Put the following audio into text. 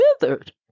withered